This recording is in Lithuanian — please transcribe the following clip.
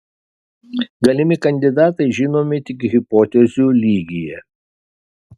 galimi kandidatai žinomi tik hipotezių lygyje